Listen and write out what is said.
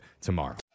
tomorrow